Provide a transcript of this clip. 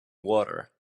water